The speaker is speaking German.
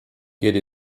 geht